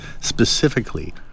specifically